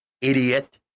Idiot